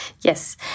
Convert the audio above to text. Yes